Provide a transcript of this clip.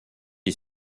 est